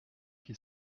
qui